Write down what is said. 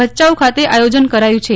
ભચાઉ ખાતે આયોજન કરાયું છે